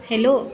hello